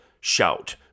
shout